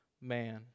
man